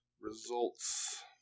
Results